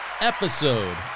episode